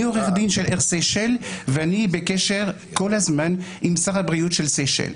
אני עורך דין של אר-שייסל ואני בקשר כל הזמן עם שר הבריאות של שייסל.